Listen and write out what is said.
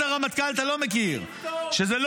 400,000 שקל, נאור, נתנו לאבי בניהו אז, שתקת.